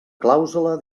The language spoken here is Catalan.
clàusula